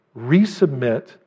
resubmit